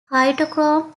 cytochrome